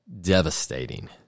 Devastating